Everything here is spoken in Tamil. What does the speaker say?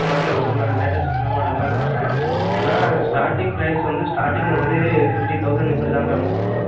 ஓகே மேடம் நான் லேட்டஸ்ட் நியூ மாடல் எல்லாம் காட்டுறேன் ஆனால் ஸ்டார்ட்டிங் ப்ரைஸ் வந்து ஸ்டார்ட்டிங் வந்து ஃபிஃப்ட்டி தௌசண்ட் இப்படிதான் மேடம் வரும்